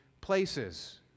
places